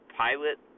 pilot